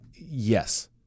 Yes